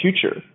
future